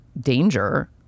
danger